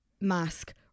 mask